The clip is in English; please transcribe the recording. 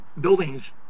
buildings